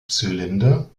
zylinder